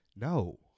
No